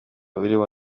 urimo